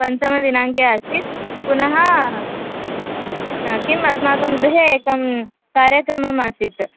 पञ्चमदिनाङ्के आसीत् पुनः किम् अस्माकं गृहे एकः कार्यक्रमः आसीत्